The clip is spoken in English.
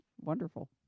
wonderful